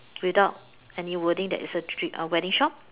without any wording that is a wedding shop